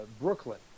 brooklyn